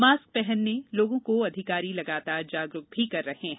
mask पहनने लोगों को अधिकारी लगातार जागरूक भी किये जा रहे है